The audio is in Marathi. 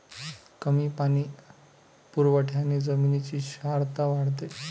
कमी पाणी पुरवठ्याने जमिनीची क्षारता वाढते